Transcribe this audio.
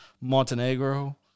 Montenegro